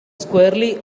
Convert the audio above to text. squarely